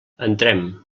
entrem